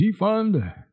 Defund